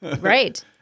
right